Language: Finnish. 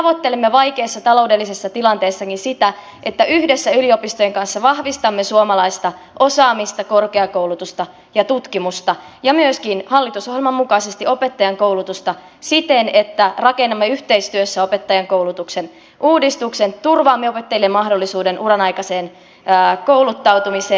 me tavoittelemme vaikeassa taloudellisessa tilanteessakin sitä että yhdessä yliopistojen kanssa vahvistamme suomalaista osaamista korkeakoulutusta ja tutkimusta ja myöskin hallitusohjelman mukaisesti opettajankoulutusta siten että rakennamme yhteistyössä opettajankoulutuksen uudistuksen turvaamme opettajille mahdollisuuden uranaikaiseen kouluttautumiseen